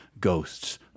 ghosts